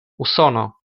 usono